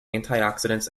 antioxidants